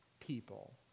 people